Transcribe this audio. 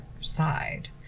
side